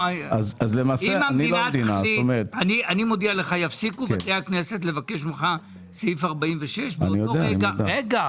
אני מודיע לך שיפסיקו לבקש ממך סעיף 46 באותו רגע